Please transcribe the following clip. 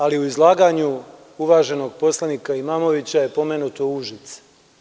Ali, u izlaganju uvaženog poslanika Imamovića je pomenuto Užice.